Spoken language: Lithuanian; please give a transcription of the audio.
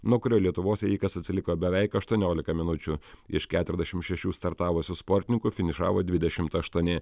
nuo kurio lietuvos ėjikas atsiliko beveik aštuoniolika minučių iš keturiasdešim šešių startavusių sportininkų finišavo dvidešimt aštuoni